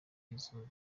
y’izuba